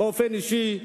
באופן אישי,